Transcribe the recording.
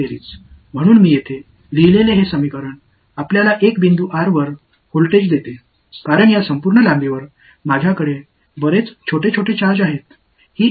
எனவே நான் இங்கு எழுதியுள்ள இந்த சமன்பாடு உங்களுக்கு ஒரு கட்டத்தில் மின்னழுத்தத்தை அளிக்கிறது ஏனென்றால் இந்த முழு நீளத்திலும் இங்கு சிறிய சார்ஜ் நிறைய உள்ளன